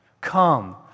Come